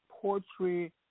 Poetry